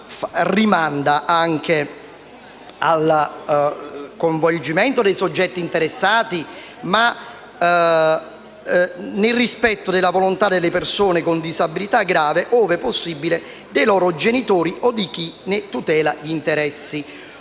rimanda al coinvolgimento dei soggetti interessati ma nel rispetto della volontà delle persone con disabilità grave e, ove possibile, dei loro genitori o di chi ne tutela gli interessi.